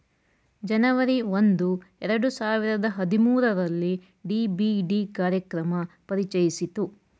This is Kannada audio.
ಜನವರಿ ಒಂದು ಎರಡು ಸಾವಿರದ ಹದಿಮೂರುರಲ್ಲಿ ಡಿ.ಬಿ.ಡಿ ಕಾರ್ಯಕ್ರಮ ಪರಿಚಯಿಸಿತು